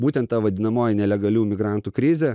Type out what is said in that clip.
būtent ta vadinamoji nelegalių migrantų krizė